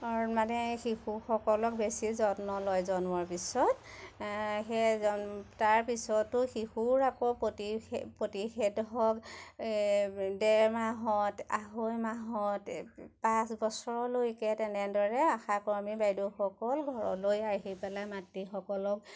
মানে শিশুসকলক বেছি যত্ন লয় জন্মৰ পিছত এ সেই তাৰপিছতো শিশুৰ আকৌ প্ৰতিষে প্ৰতিষেধক এ ডেৰ মাহত আঢ়ৈ মাহত পাঁচ বছৰলৈকে তেনেদৰে আশাকৰ্মী বাইদেউসকল ঘৰলৈ আহি পেলাই মাতৃসকলক